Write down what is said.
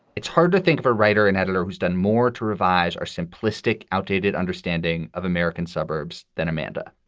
it's hard to think of a writer and editor who's done more to revise our simplistic, outdated understanding of american suburbs than amanda.